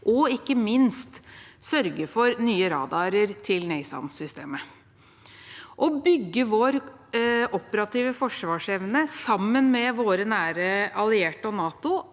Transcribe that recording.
og ikke minst sørge for nye radarer til NASAMS-systemet. Å bygge vår operative forsvarsevne sammen med våre nære allierte og NATO